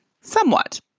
somewhat